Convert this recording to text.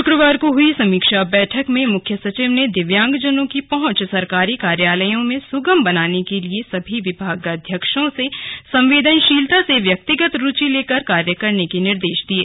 शुक्रवार को हुई समीक्षा बैठक में मुख्य सचिव ने दिव्यांगजनों की पहुंच सरकारी कार्यालयों में सुगम बनाने के लिए सभी विभागाध्यक्षों से संवेदनशीलता से व्यक्तिगत रूचि लेकर कार्य करने के निर्देश दिये